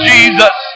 Jesus